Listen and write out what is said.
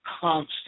constant